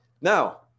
Now